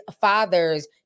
father's